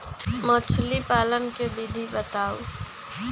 मछली पालन के विधि बताऊँ?